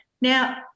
Now